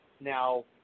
now